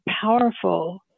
powerful